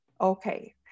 okay